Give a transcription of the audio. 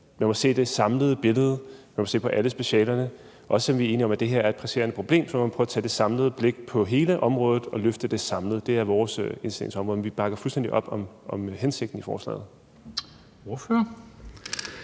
man må se på det samlede billede og på alle specialerne – også selv om vi er enige om, at det her er et presserende problem, må vi prøve at tage et samlet blik på hele området og løfte det samlet. Det er vores indstilling til området. Men vi bakker fuldstændig op om hensigten med forslaget. Kl.